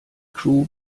crew